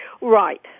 Right